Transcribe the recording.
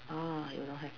uh you don't have